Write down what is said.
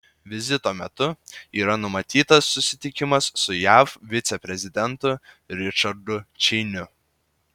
vizito metu yra numatytas susitikimas su jav viceprezidentu ričardu čeiniu